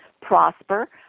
prosper